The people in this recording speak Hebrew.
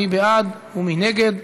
מי בעד ומי נגד?